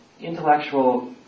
intellectual